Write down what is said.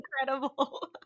incredible